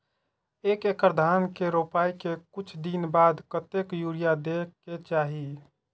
एक एकड़ धान के रोपाई के कुछ दिन बाद कतेक यूरिया दे के चाही?